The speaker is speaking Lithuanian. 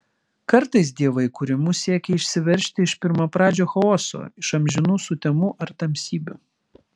kartais dievai kūrimu siekia išsiveržti iš pirmapradžio chaoso iš amžinų sutemų ar tamsybių